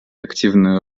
активную